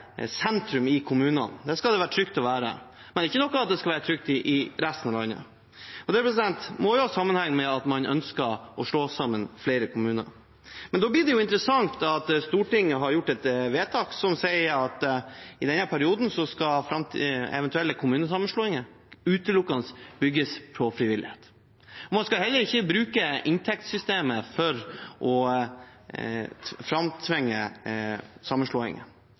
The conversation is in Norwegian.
sentrum i kommunene. Der skal det være trygt å være – men ikke noe om at det skal være trygt i resten av landet. Det må jo ha sammenheng med at man ønsker å slå sammen flere kommuner. Da blir det interessant at Stortinget har gjort et vedtak som sier at i denne perioden skal eventuelle kommunesammenslåinger utelukkende bygges på frivillighet. Man skal heller ikke bruke inntektssystemet for å framtvinge sammenslåinger.